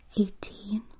eighteen